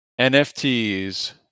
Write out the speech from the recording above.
NFTs